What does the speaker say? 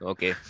Okay